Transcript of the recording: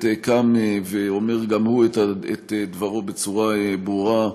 קם ואומר גם הוא את דברו בצורה ברורה.